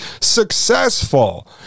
successful